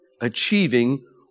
achieving